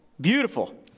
Beautiful